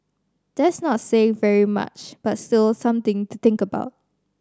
that's not saying very much but still something to think about